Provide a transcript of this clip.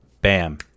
bam